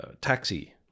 taxi